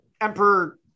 Emperor